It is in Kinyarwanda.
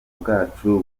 bwacu